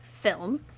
film